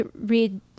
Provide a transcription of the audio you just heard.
read